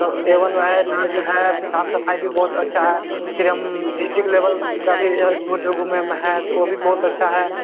सब A one है इलाज है साफ़ सफ़ाई भी बहुत अच्छा है फिर हम डिष्ट्रीक्ट लेवल का भी ओ भी बहुत अच्छा है